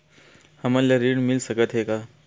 हमन ला ऋण मिल सकत हे का?